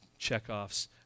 checkoffs